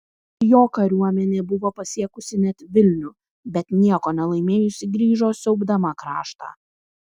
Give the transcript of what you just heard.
jo kariuomenė buvo pasiekusi net vilnių bet nieko nelaimėjusi grįžo siaubdama kraštą